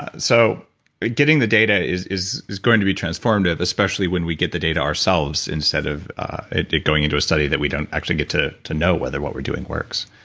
ah so getting the data is is going to be transformative, especially when we get the data ourselves, instead of it going into a study that we don't actually get to to know whether what we're doing works.